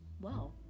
Wow